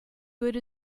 good